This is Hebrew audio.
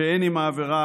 שאין עם העבירה